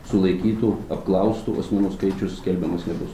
sulaikytų apklaustų asmenų skaičius skelbiamas nebus